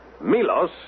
Milos